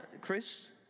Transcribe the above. Chris